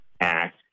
Act